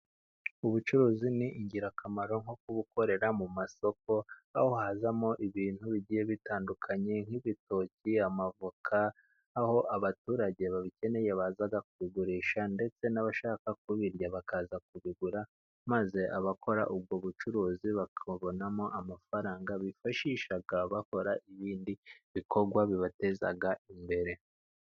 Ubucuruzi ni ingirakamaro nko kubukorera mu masoko, aho hazamo ibintu bigiye bitandukanye nk'ibitoki, amavoka aho abaturage babikeneye baza kubigurisha ndetse n'abashaka kubirya bakaza kubigura, maze abakora ubwo bucuruzi bakabonamo amafaranga bifashisha bakora ibindi bikorwa bibateza imbere.